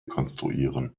konstruieren